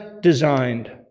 designed